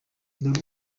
dore